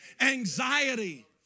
Anxiety